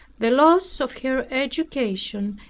the loss of her education,